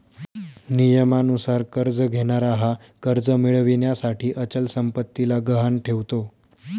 नियमानुसार कर्ज घेणारा हा कर्ज मिळविण्यासाठी अचल संपत्तीला गहाण ठेवतो